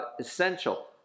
essential